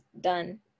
done